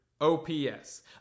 OPS